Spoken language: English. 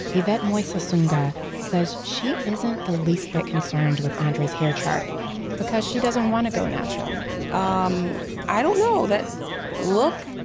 yvette moysasunga says, she isn't the least bit concerned with andre's hair chart because she doesn't want to go natural ah um i don't know. that look,